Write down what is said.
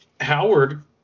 Howard